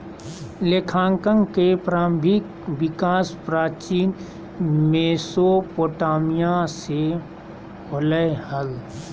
लेखांकन के प्रारंभिक विकास प्राचीन मेसोपोटामिया से होलय हल